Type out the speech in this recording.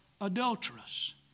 adulterous